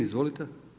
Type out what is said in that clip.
Izvolite.